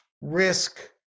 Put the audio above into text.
risk